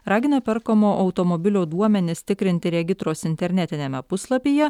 ragino perkamo automobilio duomenis tikrinti regitros internetiniame puslapyje